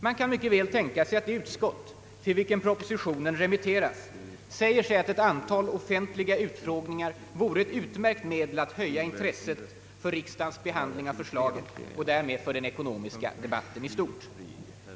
Man kan tänka sig att det utskott, till vilket propositionen remitteras, säger sig att ett antal offentliga utfrågningar vore ett utmärkt medel att höja intresset för riksdagens behandling av förslaget och därmed för den ekonomiska debatten i stort.